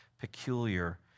peculiar